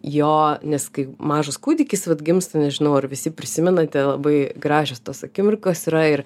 jo nes kai mažas kūdikis vat gimsta nežinau ar visi prisimenate labai gražios tos akimirkos yra ir